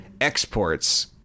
exports